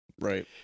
Right